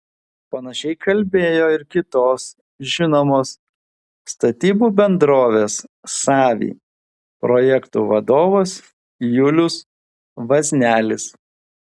panašiai kalbėjo ir kitos žinomos statybų bendrovės savy projektų vadovas julius vaznelis